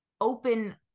open